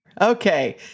Okay